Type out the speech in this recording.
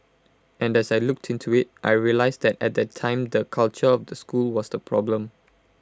and as I looked into IT I realised that at that time the culture of the school was the problem